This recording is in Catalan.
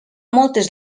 moltes